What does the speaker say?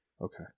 Okay